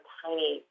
tiny